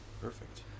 Perfect